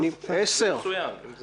זה מצוין.